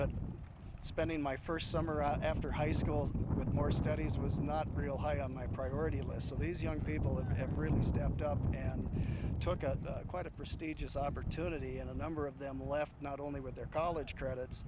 but spending my first summer after high school with more studies was not real high on my priority list so these young people that have really stepped up and took a quite a prestigious opportunity and a number of them left not only with their college credits